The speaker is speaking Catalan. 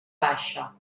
baixa